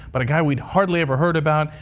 but a guy we've hardly ever heard about.